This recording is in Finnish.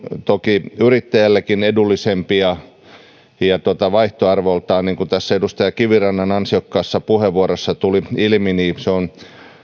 toki yrittäjällekin edullisempia vaihtoarvoltaan mutta niin kuin tässä edustaja kivirannan ansiokkaassa puheenvuorossa tuli ilmi se on